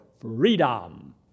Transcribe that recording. freedom